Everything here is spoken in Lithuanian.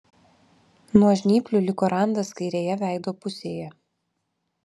nuo žnyplių liko randas kairėje veido pusėje